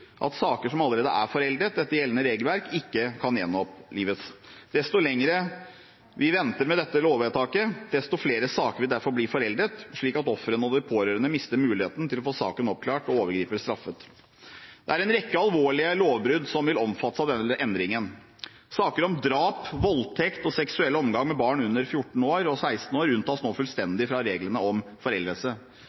at saker som allerede er foreldet etter gjeldende regelverk, ikke kan gjenopplives. Jo lenger vi venter med dette lovvedtaket, desto flere saker vil bli foreldet, og da vil ofrene og de pårørende miste muligheten til å få saken oppklart og overgriperen straffet. Det er en rekke alvorlige lovbrudd som vil omfattes av denne endringen. Saker om drap, voldtekt og seksuell omgang med barn under 14 og16 år unntas etter endringen fullstendig fra reglene om foreldelse.